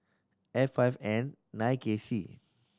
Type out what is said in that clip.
F five N nine K C